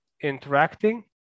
interacting